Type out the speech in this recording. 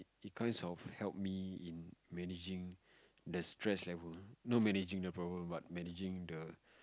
it kinds of help me in managing the stress level not managing the problem but managing the